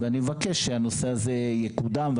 ואני מבקש שהנושא הזה יקודם.